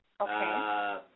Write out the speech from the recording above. Okay